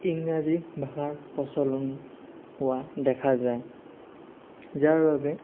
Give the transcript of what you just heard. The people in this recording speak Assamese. ইংৰাজী ভাষাৰ প্ৰচলন হোৱা দেখা যায় যাৰ বাবে